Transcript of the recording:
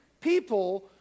People